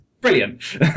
Brilliant